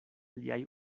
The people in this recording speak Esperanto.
liaj